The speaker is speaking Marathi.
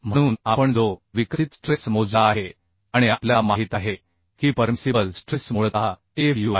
म्हणून आपण जो विकसित स्ट्रेस मोजला आहे आणि आपल्याला माहित आहे की परमिसिबल स्ट्रेस मूळतः fu आहे